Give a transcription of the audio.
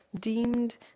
deemed